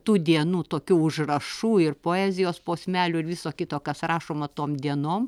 tų dienų tokių užrašų ir poezijos posmelių ir viso kito kas rašoma tom dienom